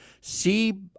see